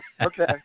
Okay